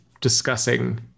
discussing